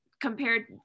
Compared